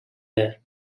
there